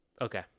Okay